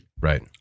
Right